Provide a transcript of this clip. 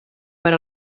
per